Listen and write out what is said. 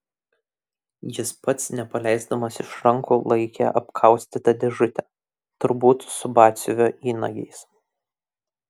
jis pats nepaleisdamas iš rankų laikė apkaustytą dėžutę turbūt su batsiuvio įnagiais